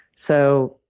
so,